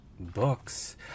Books